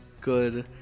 good